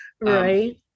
right